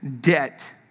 debt